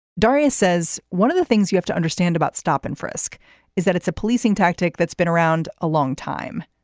daria says one of the things you have to understand about stop and frisk is that it's a policing tactic that's been around a long time.